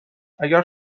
اگر